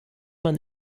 man